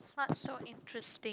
not so interesting